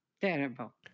terrible